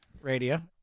Radio